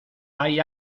hay